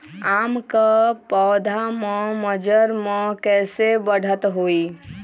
आम क पौधा म मजर म कैसे बढ़त होई?